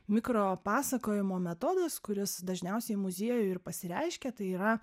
mikropasakojimo metodas kuris dažniausiai muziejuj ir pasireiškia tai yra